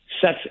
Sets